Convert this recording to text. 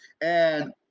and-